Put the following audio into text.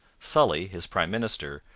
sully, his prime minister,